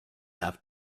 have